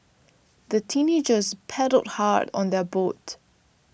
the teenagers paddled hard on their boat